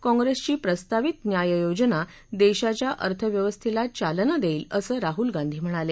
काँग्रेसची प्रस्तावित न्याय योजना देशाच्या अर्थव्यवस्थेचा चालना देईल असं राहुल गांधी म्हणाले